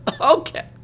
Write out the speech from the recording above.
Okay